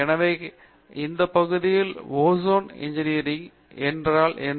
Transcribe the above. எனவே எந்த பகுதிகள் ஓசான் இன்ஜினியரில் உள்ளன